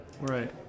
Right